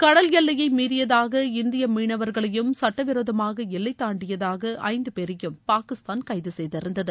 கடல் எல்லையை மீறியதாக இந்திய மீனவர்களையும் சட்டவிரோதமாக எல்லை தாண்டியதாக ஐந்து பேரையும் பாகிஸ்தான் கைது செய்திருந்தது